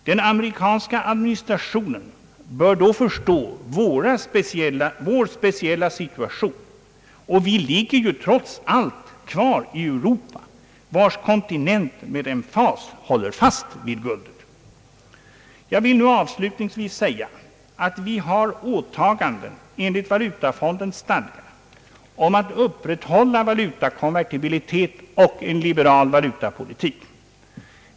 Den amerikanska administrationen bör då förstå vår speciella situation. Vi ligger ju trots allt kvar i Europa vars kontinent med emfas håller fast vid guldet. Jag vill avslutningsvis säga att vi har åtaganden enligt Valutafondens stadgar om att upprätthålla valutakonvertibilitet och en liberal valutapolitik.